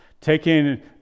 taking